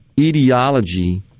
ideology